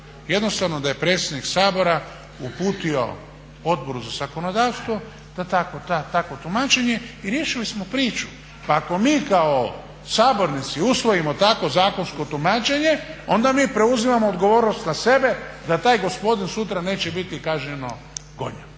Jednostavno da je predsjednik Sabora uputio Odboru za zakonodavstvo da da takvo tumačenje i riješili smo priču. Pa ako mi kao sabornici usvojimo takvo zakonsko tumačenje onda mi preuzimamo odgovornost na sebe da taj gospodin sutra neće biti kažnjeno gonjen.